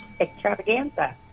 extravaganza